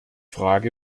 frage